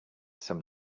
some